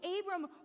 Abram